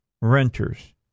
renters